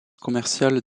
commerciale